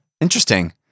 Interesting